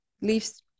leaves